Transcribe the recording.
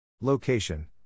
Location